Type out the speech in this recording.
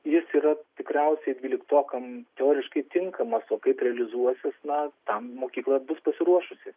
jis yra tikriausiai dvyliktokam teoriškai tinkamas o kaip realizuosis na tam mokykla bus pasiruošusi